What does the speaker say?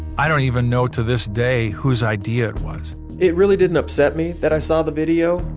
i don't even know to this day whose idea it was it really didn't upset me that i saw the video.